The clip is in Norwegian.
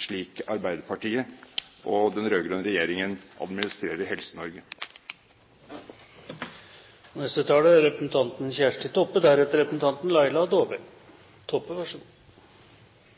I høst har det vært stort fokus på offentlige anbud og